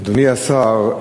אדוני השר,